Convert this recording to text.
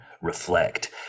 reflect